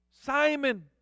Simon